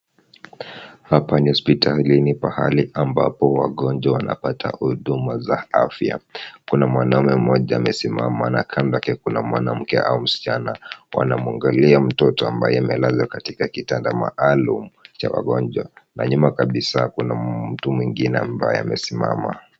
Hapa ni hospitalini pahali ambapo wagonjwa wanapata huduma za afya. Kuna mwanaume mmoja amesimama na kando yake kuna mwanamke na msichana wanamwangalia mtoto ambaye amelala katika kitanda maalum cha wagonjwa na nyuma kabisa kuna mtu mwingine ambaye amesimama.